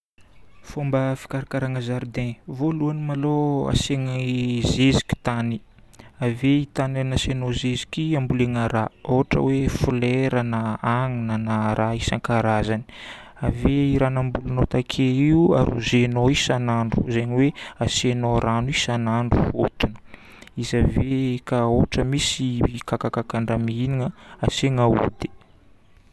Fomba fikarakaragna zaridaigna. Voalohany maloha asiagna zeziky tany. Ave i tany anasiagnao zeziky igny ambolena raha. Ohatra hoe folera na hanigna na raha isankarazany. Ave io raha nambolinao take io arrosenao isan'andro. Zegny hoe asiagna rano isan'andro. Izy ave ka ohatra misy kakakakan-draha mihignana, asiagnao ody.